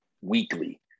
weekly